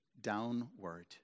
downward